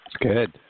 good